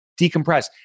decompress